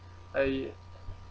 I